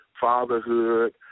fatherhood